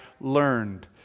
learned